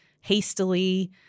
hastily